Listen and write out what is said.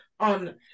on